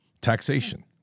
taxation